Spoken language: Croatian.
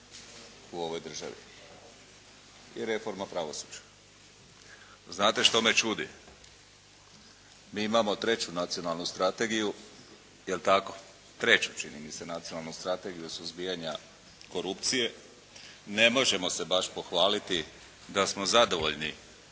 u ovoj državi. I reforma pravosuđa. Znate što me čudi? Mi imamo treću nacionalnu strategiju. Jel' tako? Treću čini mi se nacionalnu strategiju suzbijanja korupcije. Ne možemo se baš pohvaliti da smo zadovoljni